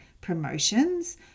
promotions